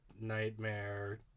nightmare